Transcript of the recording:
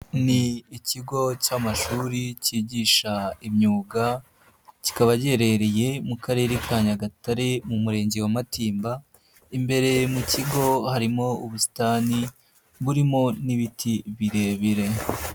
Ni ikigo cy'amashuri kigisha imyuga kikaba giherereye mu Karere ka Nyagatare, mu Murenge wa Matimba, imbere mu kigo harimo ubusitani burimo n'ibiti birebire.